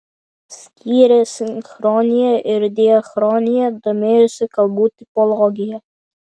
skyrė sinchroniją ir diachroniją domėjosi kalbų tipologija